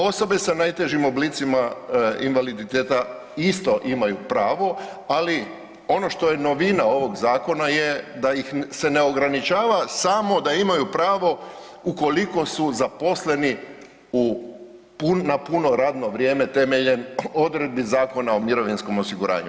Osobe sa najtežim oblicima invaliditeta isto imaju pravo, ali ono što je novina ovog zakona je da ih se ne ograničava samo da imaju pravo ukoliko su zaposleni na puno radno vrijeme temeljem odredbi Zakona o mirovinskom osiguranju.